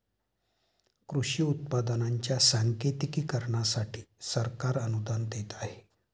कृषी उत्पादनांच्या सांकेतिकीकरणासाठी सरकार अनुदान देत आहे